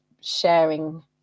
sharing